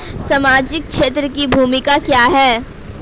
सामाजिक क्षेत्र की भूमिका क्या है?